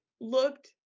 looked